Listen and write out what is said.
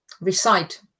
recite